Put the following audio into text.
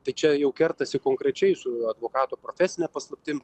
tai čia jau kertasi konkrečiai su advokato profesine paslaptim